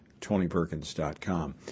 TonyPerkins.com